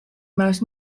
mouse